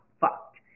fucked